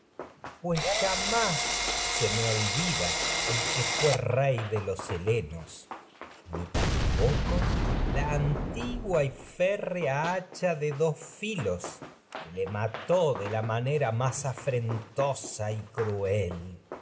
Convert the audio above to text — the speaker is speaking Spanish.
pues jamás que se me olvida el fué rey de los helenos ni que tampoco la antigua y férrea hacha de dos filos afrentosa y le mató de la pues manera más cruel